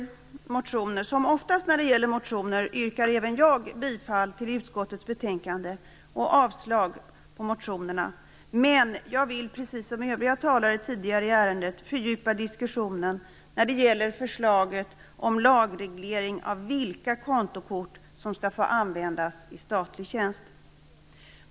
Som oftast när det gäller motioner yrkar även jag bifall till utskottets betänkande och avslag på motionerna. Men jag vill, precis som övriga talare tidigare i ärendet, fördjupa diskussionen när det gäller förslaget om lagreglering av vilka kontokort som skall få användas i statlig tjänst.